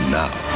now